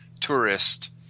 tourist